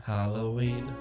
Halloween